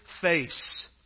face